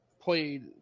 played